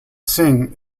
sing